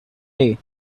day